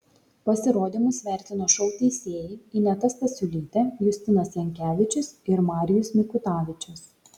pasirodymus vertino šou teisėjai ineta stasiulytė justinas jankevičius ir marijus mikutavičius